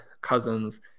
Cousins